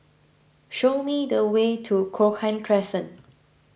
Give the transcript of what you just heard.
show me the way to Cochrane Crescent